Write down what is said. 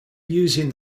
using